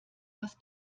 was